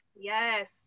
Yes